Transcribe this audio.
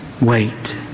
wait